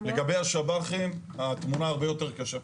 לגבי השב"חים, התמונה הרבה יותר קשה.